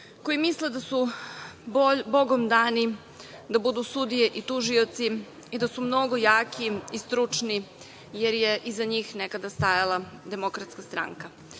koji misle da su Bogom dani da budu sudije i tužioci i da su mnogo jaki i stručni, jer je iza njih nekada stajala Demokratska stranka.